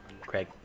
Craig